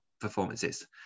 performances